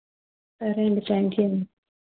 సరే అండి thank you